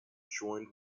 joined